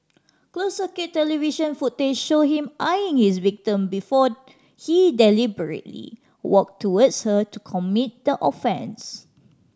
closed circuit television footage showed him eyeing his victim before he deliberately walked towards her to commit the offence